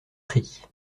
pris